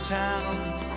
towns